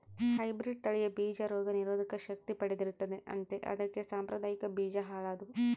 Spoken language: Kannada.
ಹೈಬ್ರಿಡ್ ತಳಿಯ ಬೀಜ ರೋಗ ನಿರೋಧಕ ಶಕ್ತಿ ಪಡೆದಿರುತ್ತದೆ ಅಂತೆ ಅದಕ್ಕೆ ಸಾಂಪ್ರದಾಯಿಕ ಬೀಜ ಹಾಳಾದ್ವು